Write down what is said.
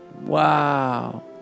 wow